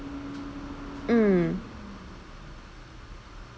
mm